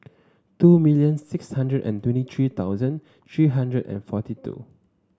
two million six hundred and twenty three thousand three hundred and forty two